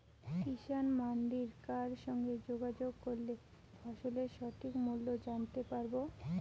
কিষান মান্ডির কার সঙ্গে যোগাযোগ করলে ফসলের সঠিক মূল্য জানতে পারবো?